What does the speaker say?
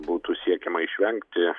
būtų siekiama išvengti